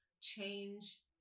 change